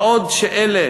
בעוד שאלה